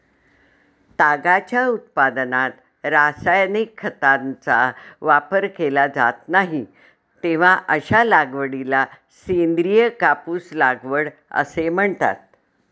तागाच्या उत्पादनात रासायनिक खतांचा वापर केला जात नाही, तेव्हा अशा लागवडीला सेंद्रिय कापूस लागवड असे म्हणतात